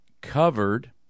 covered